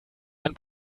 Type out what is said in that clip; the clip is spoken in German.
ein